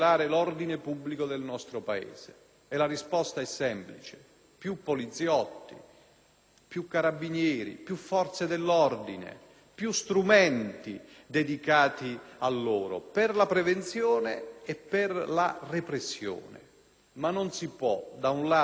più carabinieri, più forze dell'ordine, più strumenti dedicati a loro per la prevenzione e per la repressione. Tuttavia, non si può da un lato annunciare il tema, propagandarlo, farlo anche